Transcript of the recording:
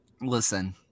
listen